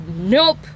nope